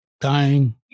dying